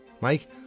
Mike